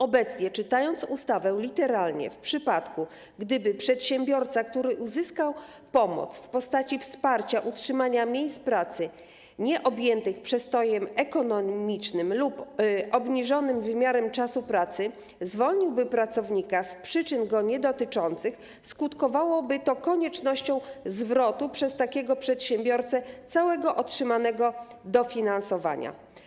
Obecnie, czytając ustawę literalnie, w przypadku gdyby przedsiębiorca, który uzyskał pomoc w postaci wsparcia dotyczącego utrzymania miejsc pracy nieobjętych przestojem ekonomicznym lub obniżonym wymiarem czasu pracy, zwolnił pracownika z przyczyn go niedotyczących, skutkowałoby to koniecznością zwrotu przez takiego przedsiębiorcę całego otrzymanego dofinansowania.